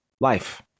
Life